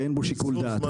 ואין בו שיקול דעת.